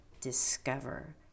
discover